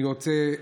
אני רוצה,